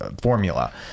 formula